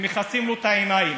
ומכסים לו את העיניים.